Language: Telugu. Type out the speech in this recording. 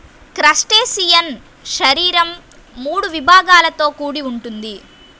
క్రస్టేసియన్ శరీరం మూడు విభాగాలతో కూడి ఉంటుంది